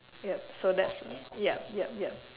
yup so that's yup yup yup